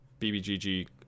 BBGG